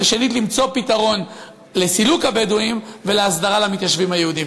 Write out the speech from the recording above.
ושנית למצוא פתרון לסילוק הבדואים ולהסדרה למתיישבים היהודים.